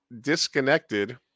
disconnected